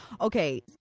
okay